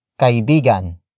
kaibigan